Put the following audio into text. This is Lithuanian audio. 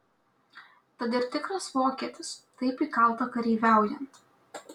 tad ir tikras vokietis taip įkalta kareiviaujant